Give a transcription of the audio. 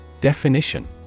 Definition